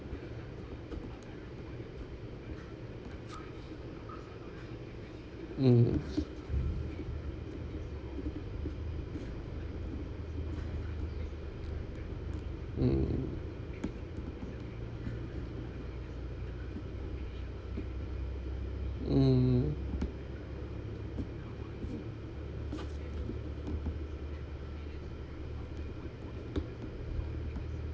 mm mm mm